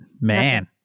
Man